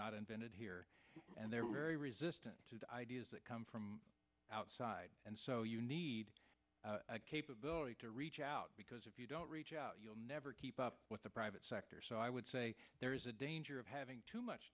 not invented here and there were very resistant to the ideas that come from outside and so you need a capability to reach out because if you don't reach out you'll never keep up with the private sector so i would say there is a danger of having too much